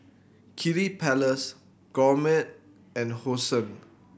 Kiddy Palace Gourmet and Hosen